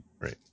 right